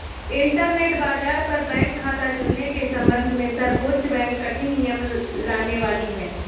internet बाज़ार पर bank खता जुड़ने के सम्बन्ध में सर्वोच्च बैंक कठिन नियम लाने वाली है